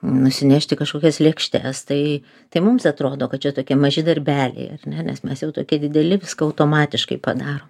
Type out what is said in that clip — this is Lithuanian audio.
nusinešti kažkokias lėkštes tai tai mums atrodo kad čia tokie maži darbeliai ar ne nes mes jau tokie dideli viską automatiškai padarom